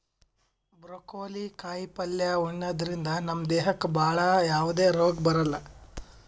broccoli ಕಾಯಿಪಲ್ಯ ಉಣದ್ರಿಂದ ನಮ್ ದೇಹಕ್ಕ್ ಭಾಳ್ ಯಾವದೇ ರೋಗ್ ಬರಲ್ಲಾ